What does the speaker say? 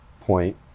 point